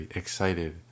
excited